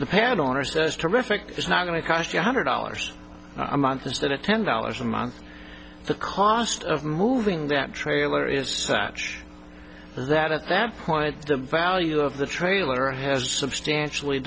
the parrot owner says terrific is not going to cost you a hundred dollars a month instead of ten dollars a month the cost of moving that trailer is sacha that at that point the value of the trailer has substantially